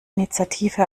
initiative